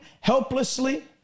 helplessly